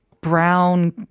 brown